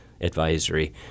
advisory